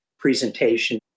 presentation